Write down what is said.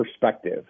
perspective